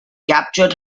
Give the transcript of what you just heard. captured